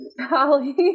Holly